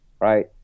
right